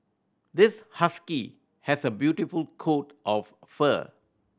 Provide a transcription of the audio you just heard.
this husky has a beautiful coat of fur